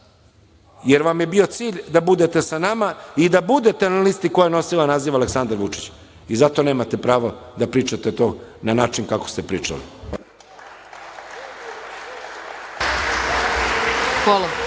jer vam je bio cilj da budete sa nama i da budete na listi koja je nosila naziv Aleksandar Vučić i zato nemate pravo da pričate to na način kako ste pričali. **Ana